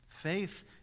Faith